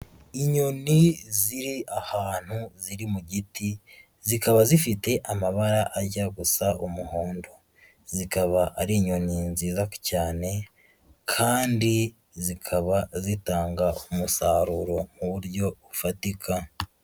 Inyoni ziri ahantu ziri mu giti, zikaba zifite amabara ajya gusa umuhondo, zikaba ari inyoni nziza cyane kandi zikaba zitanga umusaruro mu buryo bufatika.